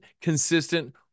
consistent